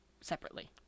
Separately